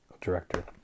director